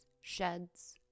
sheds